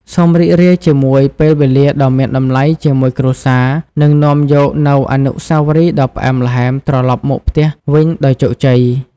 សូមរីករាយជាមួយពេលវេលាដ៏មានតម្លៃជាមួយគ្រួសារ និងនាំយកនូវអនុស្សាវរីយ៍ដ៏ផ្អែមល្ហែមត្រលប់មកផ្ទះវិញដោយជោគជ័យ។